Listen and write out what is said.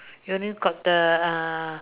only got the uh